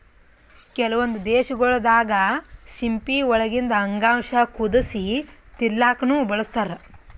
ಕೆಲವೊಂದ್ ದೇಶಗೊಳ್ ದಾಗಾ ಸಿಂಪಿ ಒಳಗಿಂದ್ ಅಂಗಾಂಶ ಕುದಸಿ ತಿಲ್ಲಾಕ್ನು ಬಳಸ್ತಾರ್